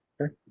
okay